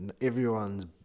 Everyone's